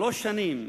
שלוש שנים,